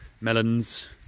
melons